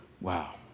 wow